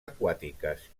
aquàtiques